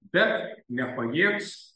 bet nepajėgs